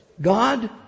God